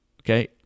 okay